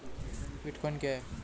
Bitcoin क्या है?